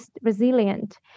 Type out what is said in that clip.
resilient